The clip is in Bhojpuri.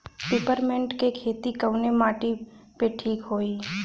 पिपरमेंट के खेती कवने माटी पे ठीक होई?